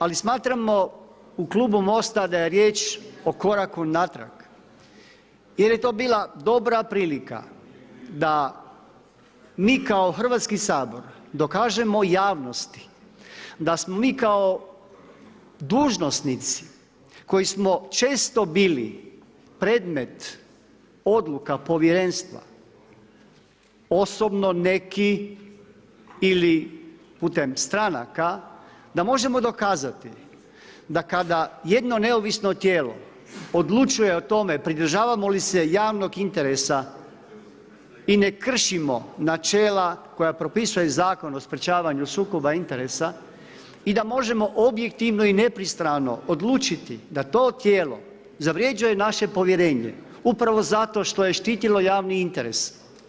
Ali smatramo u klubu Most-a da je riječ o koraku natrag jer je to bila dobra prilika da mi kao Hrvatski sabor dokažemo javnosti da smo mi kao dužnosnici koji smo često bili predmet odluka povjerenstva osobno neki ili putem stranaka, da možemo dokazati da kada jedno neovisno tijelo odlučuje o tome pridržavamo li se javnog interesa i ne kršimo načela koja propisuje Zakon o sprječavanju sukoba interesa i da možemo objektivno i nepristrano odlučiti da to tijelo zavređuje naše povjerenje upravo zato što je štitilo javni interes.